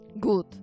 Good